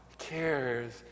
cares